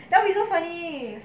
tell me so funny